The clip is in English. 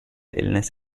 illness